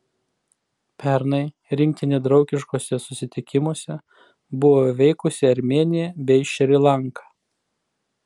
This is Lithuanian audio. pernai rinktinė draugiškuose susitikimuose buvo įveikusi armėniją bei šri lanką